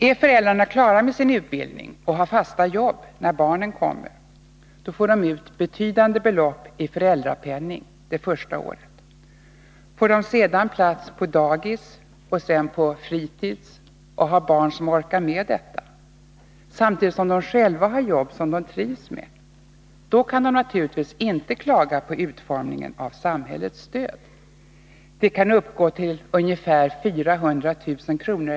Är föräldrarna klara med sin utbildning och har fasta jobb när barnen kommer, får de ut betydande belopp i föräldrapenning det första året. Får de sedan plats på dagis och sedan på fritids och har barn som orkar med detta, samtidigt som de själva har jobb som de trivs med, kan de naturligtvis inte klaga på utformningen av samhällets stöd. Det kan uppgå till ungefär 400 000 kr.